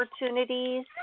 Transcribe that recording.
opportunities